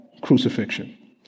crucifixion